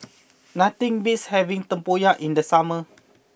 nothing beats having Tempoyak in the summer